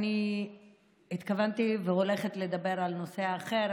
אני התכוונתי ואני הולכת לדבר על נושא אחר,